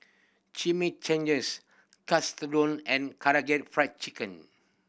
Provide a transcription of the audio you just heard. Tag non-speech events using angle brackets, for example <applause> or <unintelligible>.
Chimichanges <unintelligible> and Karaage Fried Chicken